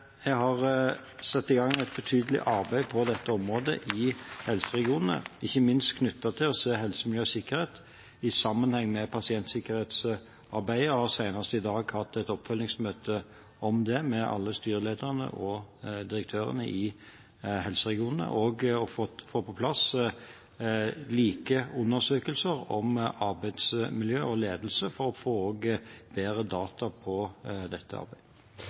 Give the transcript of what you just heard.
Jeg har satt i gang et betydelig arbeid på dette området i helseregionene, ikke minst knyttet til å se helse-, miljø og sikkerhet i sammenheng med pasientsikkerhetsarbeidet. Jeg har senest i dag hatt et oppfølgingsmøte om det med alle styrelederne og direktørene i helseregionene for å få på plass like undersøkelser om arbeidsmiljø og ledelse for å få bedre data i dette arbeidet.